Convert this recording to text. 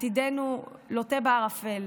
עתידנו לוט בערפל.